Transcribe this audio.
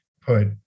put